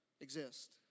exist